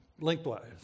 lengthwise